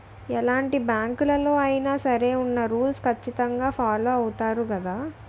ఎలాంటి బ్యాంకులలో అయినా సరే ఉన్న రూల్స్ ఖచ్చితంగా ఫాలో అవుతారు గదా